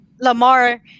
Lamar